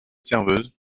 serveuse